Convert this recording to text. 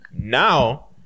Now